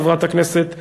חברת הכנסת פנינה,